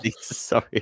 Sorry